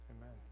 Amen